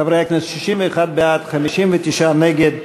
חברי הכנסת, 61 בעד, 59 נגד.